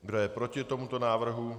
Kdo je proti tomuto návrhu?